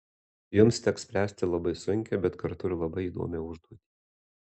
jums teks spręsti labai sunkią bet kartu ir labai įdomią užduotį